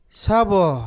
sabo